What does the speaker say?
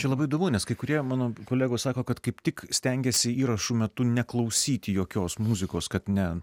čia labai įdomu nes kai kurie mano kolegos sako kad kaip tik stengiasi įrašų metu neklausyti jokios muzikos kad ne